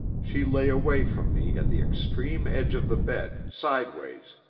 she lay away from me at the extreme edge of the bed, sideways,